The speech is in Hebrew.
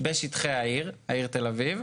בשטחי העיר תל אביב.